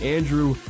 Andrew